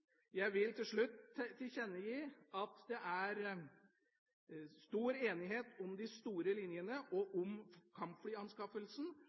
jeg vil til slutt tilkjennegi at det er stor enighet om de store linjene og